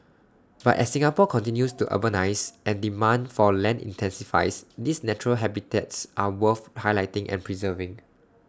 but as Singapore continues to urbanise and demand for land intensifies these natural habitats are worth highlighting and preserving